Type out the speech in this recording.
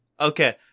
Okay